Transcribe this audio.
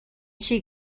she